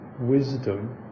wisdom